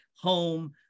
home –